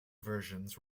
versions